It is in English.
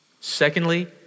Secondly